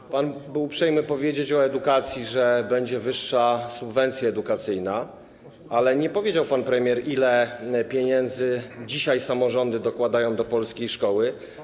Był pan uprzejmy powiedzieć o edukacji, że będzie wyższa subwencja edukacyjna, ale nie powiedział pan premier, ile pieniędzy dzisiaj samorządy dokładają do polskiej szkoły.